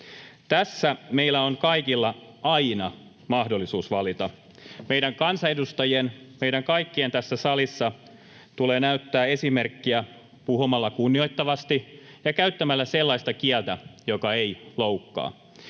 Tässä meillä on kaikilla aina mahdollisuus valita. Meidän kansanedustajien, meidän kaikkien tässä salissa, tulee näyttää esimerkkiä puhumalla kunnioittavasti ja käyttämällä sellaista kieltä, joka ei loukkaa,